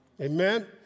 Amen